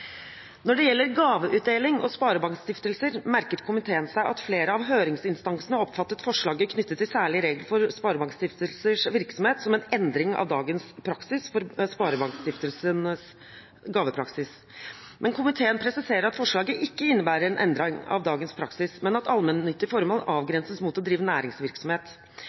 Når det gjelder gaveutdeling og sparebankstiftelser, merket komiteen seg at flere av høringsinstansene oppfattet forslaget knyttet til særlige regler for sparebankstiftelsers virksomhet som en endring av dagens praksis for sparebankstiftelsenes gavepraksis. Komiteen presiserer at forslaget ikke innebærer en endring av dagens praksis, men at allmennyttige formål avgrenses mot å drive næringsvirksomhet.